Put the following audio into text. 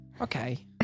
Okay